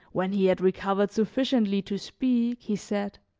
when he had recovered sufficiently to speak, he said